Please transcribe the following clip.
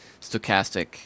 stochastic